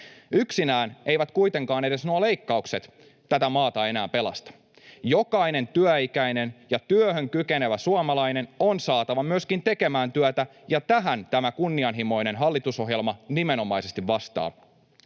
Yksinään eivät kuitenkaan edes nuo leikkaukset tätä maata enää pelasta. Jokainen työikäinen ja työhön kykenevä suomalainen on saatava myöskin tekemään työtä, ja tähän tämä kunnianhimoinen hallitusohjelma nimenomaisesti vastaa.